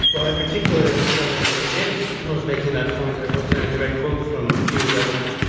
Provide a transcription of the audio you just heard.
well, in particular, governor gray davis was making that point. i wrote down a direct quote from you, governor,